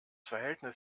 verhältnis